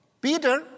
Peter